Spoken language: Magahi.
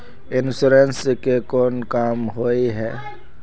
इंश्योरेंस के कोन काम होय है?